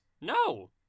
No